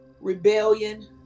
rebellion